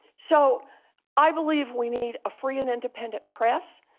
so i believe we need a free and independent press.